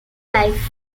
life